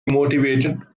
motivated